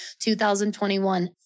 2021